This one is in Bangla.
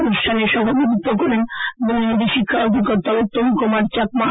অনুষ্ঠানে সভাপতিত্ব করেন বুনিয়াদী শিখা অধিকর্তা উত্তম কুমার চাকমা